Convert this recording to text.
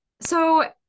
So-